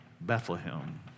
Bethlehem